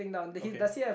okay